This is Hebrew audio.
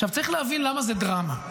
עכשיו, צריך להבין למה זה דרמה.